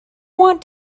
want